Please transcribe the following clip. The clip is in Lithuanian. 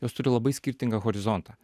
jos turi labai skirtingą horizontą